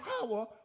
power